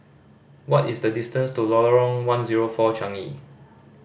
what is the distance to Lorong One Zero Four Changi